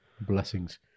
blessings